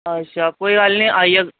अच्छा कोई गल्ल नी आई जाह्ग